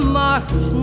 marked